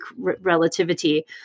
relativity